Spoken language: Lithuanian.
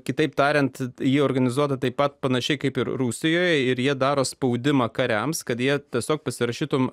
kitaip tariant ji organizuota taip pat panašiai kaip ir rusijoje ir jie daro spaudimą kariams kad jie tiesiog pasirašytumei